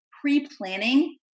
pre-planning